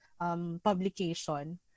Publication